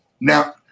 now